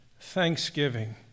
thanksgiving